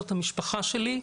זו המשפחה שלי.